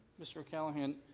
mr. o callahan.